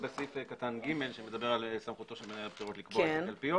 בסעיף קטן (ג) שמדבר על סמכותו של מנהל הבחירות לקבוע את מיקום הקלפיות.